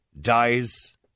dies